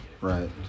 Right